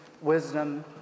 wisdom